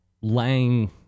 Lang